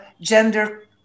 gender